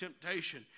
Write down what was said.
temptation